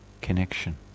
connection